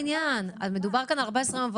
מאלה או הודעה מבית המשפט,